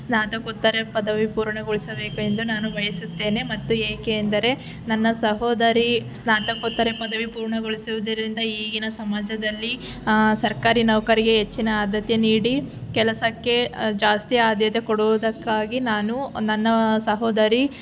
ಸ್ನಾತಕೋತ್ತರ ಪದವಿ ಪೂರ್ಣಗೊಳಿಸಬೇಕು ಎಂದು ನಾನು ಬಯಸುತ್ತೇನೆ ಮತ್ತು ಏಕೆ ಎಂದರೆ ನನ್ನ ಸಹೋದರಿ ಸ್ನಾತಕೋತ್ತರ ಪದವಿ ಪೂರ್ಣಗೊಳಿಸುವುದರಿಂದ ಈಗಿನ ಸಮಾಜದಲ್ಲಿ ಸರ್ಕಾರಿ ನೌಕರಿಗೆ ಹೆಚ್ಚಿನ ಆದ್ಯತೆ ನೀಡಿ ಕೆಲಸಕ್ಕೆ ಜಾಸ್ತಿ ಆದ್ಯತೆ ಕೊಡುವುದಕ್ಕಾಗಿ ನಾನು ನನ್ನ ಸಹೋದರಿ